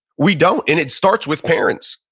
we don't. and it starts with parents.